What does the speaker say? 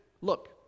look